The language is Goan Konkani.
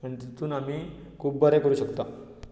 आनी तितून आमी खूब बरें करपाक शकता